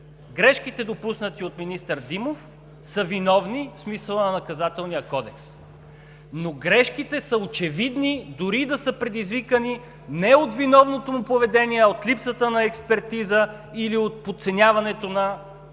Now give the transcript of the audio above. грешките, допуснати от министър Димов, са вина по смисъла на Наказателния кодекс. Грешките са очевидни дори и да са предизвикани не от виновното му поведение, а от липсата на експертиза или от подценяването на